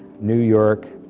new york,